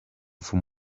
from